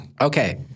Okay